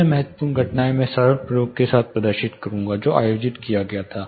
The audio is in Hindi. अन्य महत्वपूर्ण घटनाएं मैं सरल प्रयोग के साथ प्रदर्शित करूंगा जो आयोजित किया गया था